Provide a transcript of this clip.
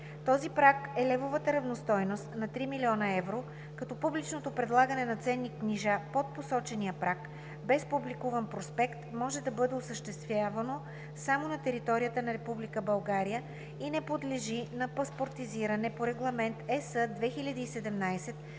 Този праг е левовата равностойност на 3 милиона евро, като публичното предлагане на ценни книжа под посочения праг, без публикуван проспект, може да бъде осъществявано само на територията на Република България и не подлежи на паспортизиране по Регламент (ЕС)